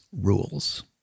rules